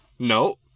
No